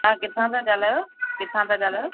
तव्हां किथां था ॻाल्हायो किथां था ॻाल्हायो